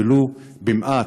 ולו במעט,